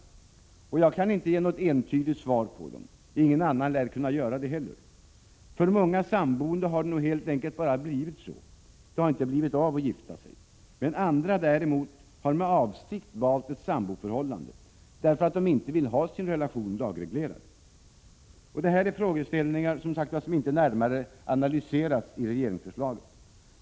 Jag kan inte ge något entydigt svar på dem. Ingen annan lär heller kunna göra det. För många samboende har det nog helt enkelt bara blivit så — det har inte blivit av att gifta sig. Andra däremot har med avsikt valt ett samboförhållande, därför att de inte vill ha sin relation lagreglerad. Det här är frågeställningar som inte närmare analyserats i regeringsförslaget.